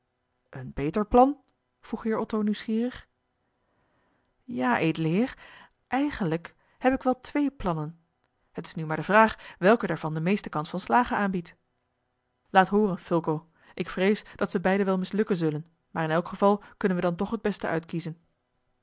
een beter plan vroeg heer otto nieuwsgierig ja edele heer eigenlijk heb ik wel twee plannen het is nu maar de vraag welk daarvan de meeste kans van slagen aanbiedt laat hooren fulco ik vrees dat ze beide wel mislukken zullen maar in elk geval kunnen we dan toch het beste uitkiezen